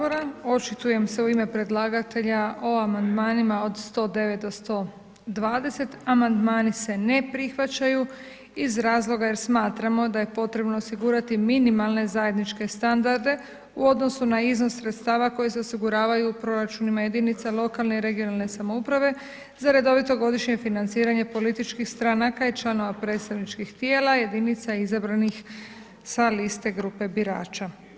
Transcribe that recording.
Očitujem se u ime predlagatelja o amandmanima od 109. do 120., amandmani se ne prihvaćaju iz razloga jer smatramo da je potrebno osigurati minimalne zajedničke standarde u odnosu na iznos sredstava koji se osiguravaju proračunima jedinica lokalne i regionalne samouprave za redovito godišnje financiranje političkih stranaka i članova predstavničkih tijela jedinica izabranih sa liste grupe birača.